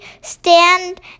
stand